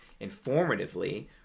informatively